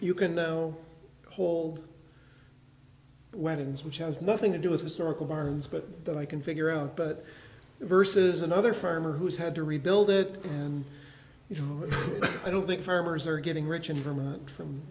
you can no hold weapons which has nothing to do with historical arms but that i can figure out but versus another farmer who's had to rebuild it and you know i don't think farmers are getting rich environment from